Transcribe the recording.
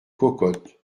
cocottes